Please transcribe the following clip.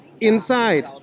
inside